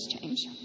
change